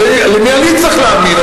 אז למי אני צריך להאמין,